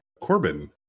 Corbin